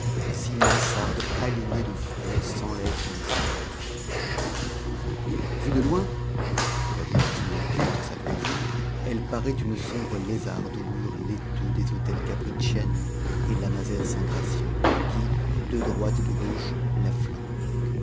six mansardes alignées de front s'enlèvent sur le ciel en créneaux vue de loin de la direction des cultes sa voisine elle paraît une sombre lézarde aux murs laiteux des hôtels cappriciani et lamazère saint gratien qui de droite et de gauche la